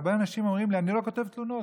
הרבה אנשים אומרים לי: אני לא כותב תלונות,